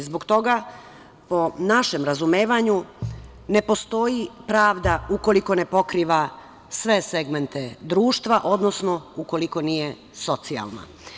Zbog toga po našem razumevanju ne postoji pravda ukoliko ne pokriva sve segmente društva, odnosno ukoliko nije socijalna.